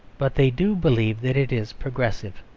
but they do believe that it is progressive.